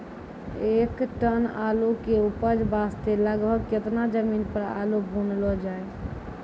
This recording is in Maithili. एक टन आलू के उपज वास्ते लगभग केतना जमीन पर आलू बुनलो जाय?